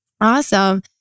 Awesome